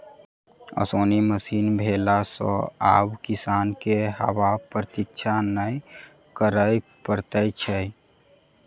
ओसौनी मशीन भेला सॅ आब किसान के हवाक प्रतिक्षा नै करय पड़ैत छै